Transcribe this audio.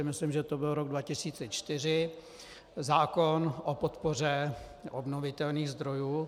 Myslím, že to byl rok 2004, zákon o podpoře obnovitelných zdrojů.